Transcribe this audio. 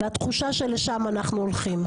והתחושה שלשם אנחנו הולכים.